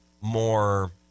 more